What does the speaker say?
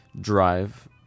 drive